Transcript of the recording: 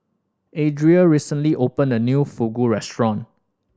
Adriel recently opened a new Fugu Restaurant